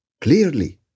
clearly